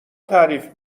تعریف